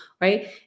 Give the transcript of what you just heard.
right